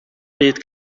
byd